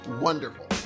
wonderful